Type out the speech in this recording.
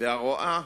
ורואה